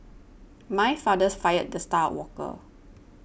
my fathers fired the star worker